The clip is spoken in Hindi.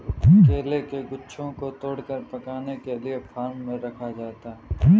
केले के गुच्छों को तोड़कर पकाने के लिए फार्म में रखा जाता है